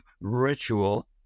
ritual